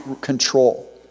control